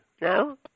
No